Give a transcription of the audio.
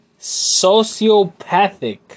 sociopathic